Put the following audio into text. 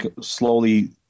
slowly